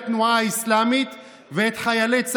לתנועה האסלאמית ואת חיילי צה"ל,